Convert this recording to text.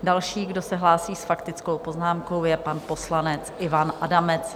Další, kdo se hlásí s faktickou poznámkou, je pan poslanec Ivan Adamec.